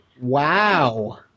Wow